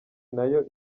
nayo